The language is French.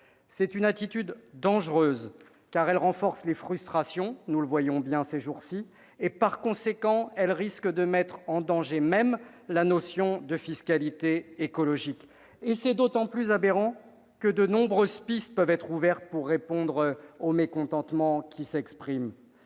C'est une attitude dangereuse, car elle renforce les frustrations- nous le voyons bien ces jours-ci -et, par conséquent, elle risque de mettre en danger la notion même de fiscalité écologique. Très bien ! C'est d'autant plus aberrant que de nombreuses pistes peuvent être ouvertes pour répondre au mécontentement qui s'exprime.